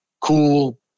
cool